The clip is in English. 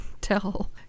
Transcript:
tell